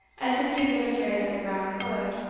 as if he had been afraid that the ground would,